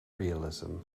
realism